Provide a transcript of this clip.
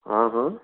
હા હા